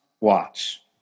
watch